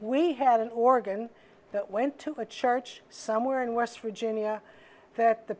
we had an organ that went to a church somewhere in west virginia that the